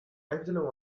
angela